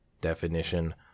Definition